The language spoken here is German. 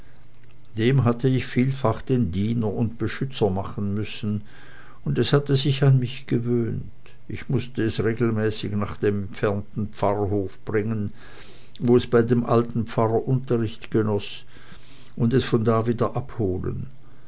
dem hatte ich vielfach den diener und beschützer machen müssen und es hatte sich an mich gewöhnt ich mußte es regelmäßig nach dem entfernten pfarrhof bringen wo es bei dem alten pfarrer unterricht genoß und es von da wieder abholen